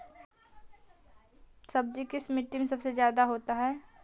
सब्जी किस माटी में सबसे ज्यादा होता है?